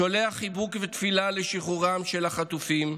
שולח חיבוק ותפילה לשחרורם של החטופים,